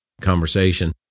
conversation